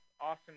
awesome